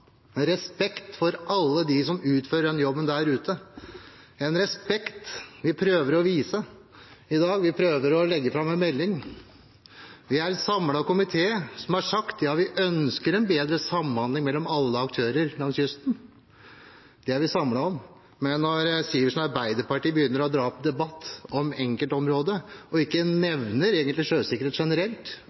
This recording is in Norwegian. respekt for alle dem som utfører jobben der ute, en respekt vi prøver å vise i dag. Vi prøver å legge fram en melding. Det er en samlet komité som har sagt at vi ønsker en bedre samhandling mellom alle aktører langs kysten. Det står vi samlet om, men når Sivertsen og Arbeiderpartiet begynner å dra opp til debatt om enkeltområder – og egentlig ikke nevner sjøsikkerhet generelt